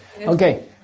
Okay